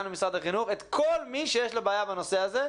למשרד החינוך את כל מי שיש לו בעיה בנושא הזה.